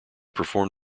perform